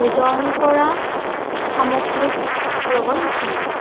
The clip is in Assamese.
ওজন কৰা সামগ্ৰীত প্ৰৱঞ্চনা